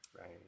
Right